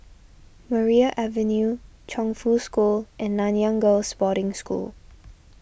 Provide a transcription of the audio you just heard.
Maria Avenue Chongfu School and Nanyang Girls' Boarding School